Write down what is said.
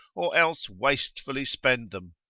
or else wastefully spend them.